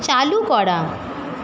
চালু করা